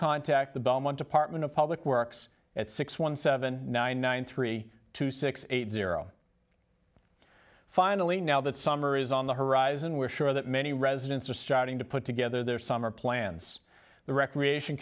contact the beaumont department of public works at six one seven nine nine three two six eight zero finally now that summer is on the horizon we're sure that many residents are starting to put together their summer plans the recreation